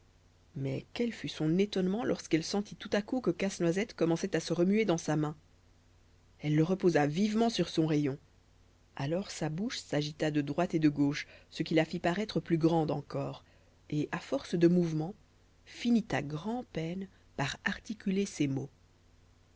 mais quel fut son étonnement lorsqu'elle sentit tout à coup que casse-noisette commençait à se remuer dans sa main elle le reposa vivement sur son rayon alors sa bouche s'agita de droite et de gauche ce qui la fit paraître plus grande encore et à force de mouvements finit à grand'peine par articuler ces mots